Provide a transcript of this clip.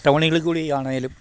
ടൗണുകളിൽ കൂടി ആണെങ്കിലും